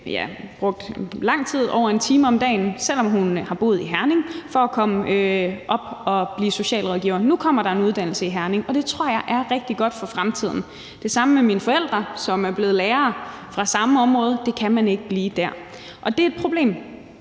og bruge lang tid – over 1 time om dagen – selv om hun boede i Herning, for at kunne blive socialrådgiver, men nu kommer der en uddannelse i Herning. Det tror jeg er rigtig godt for fremtiden. Det er det samme med mine forældre, som er blevet lærere fra samme område. Det kan man ikke blive i det område,